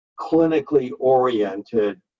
clinically-oriented